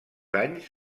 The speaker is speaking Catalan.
anys